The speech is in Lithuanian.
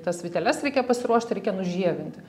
tas vyteles reikia pasiruošti reikia nužievinti